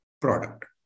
product